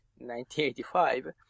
1985